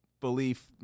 Belief